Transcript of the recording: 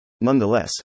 Nonetheless